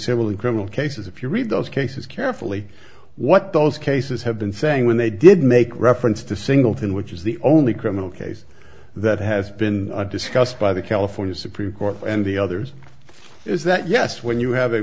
civil and criminal cases if you read those cases carefully what those cases have been saying when they did make reference to singleton which is the only criminal case that has been discussed by the california supreme court and the others is that yes when you have a